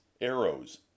arrows